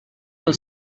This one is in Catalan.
del